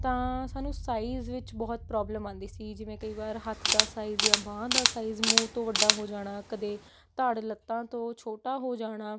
ਤਾਂ ਸਾਨੂੰ ਸਾਈਜ਼ ਵਿੱਚ ਬਹੁਤ ਪ੍ਰੋਬਲਮ ਆਉਂਦੀ ਸੀ ਜਿਵੇਂ ਕਈ ਵਾਰ ਹੱਥ ਦਾ ਸਾਈਜ਼ ਜਾਂ ਬਾਂਹ ਦਾ ਸਾਈਜ਼ ਮੂੰਹ ਤੋਂ ਵੱਡਾ ਹੋ ਜਾਣਾ ਕਦੇ ਧੜ ਲੱਤਾਂ ਤੋਂ ਛੋਟਾ ਹੋ ਜਾਣਾ